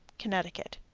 connecticut.